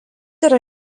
yra